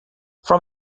from